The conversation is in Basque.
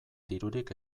dirurik